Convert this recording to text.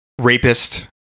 rapist